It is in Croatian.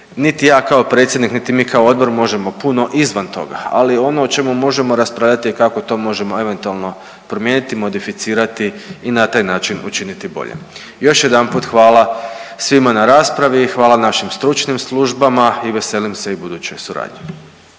Niti ja kao predsjednik, niti mi kao odbor možemo puno izvan toga. Ali ono o čemu možemo raspravljati i kako to možemo eventualno promijeniti, modificirati i na taj način učiniti boljim. Još jedanput hvala svima na raspravi, hvala našim stručnim službama i veselim se i budućoj suradnji.